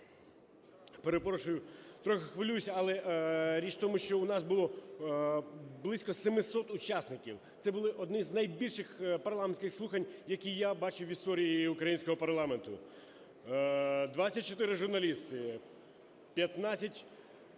Перепрошую, трохи хвилююсь. Але річ в тому, що у нас було близько 700 учасників. Це були одні з найбільших парламентських слухань, які я бачив в історії українського парламенту. 24 журналісти, 15